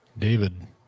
David